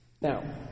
Now